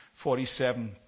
47